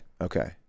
okay